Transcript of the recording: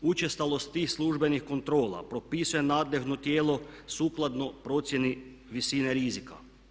Učestalost tih službenih kontrola propisuje nadležno tijelo sukladno procjeni visine rizika.